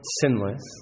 sinless